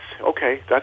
Okay